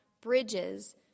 bridges